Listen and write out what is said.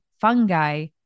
fungi